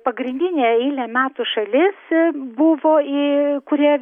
pagrindinė eilę metų šalis buvo į kurią